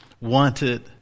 wanted